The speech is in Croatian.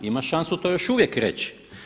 Ima šansu to još uvijek reći.